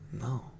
No